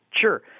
Sure